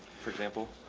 for example.